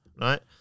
right